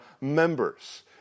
members